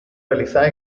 realizada